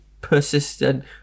persistent